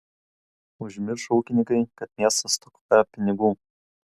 užmiršo ūkininkai kad miestas stokoja pinigų